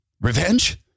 revenge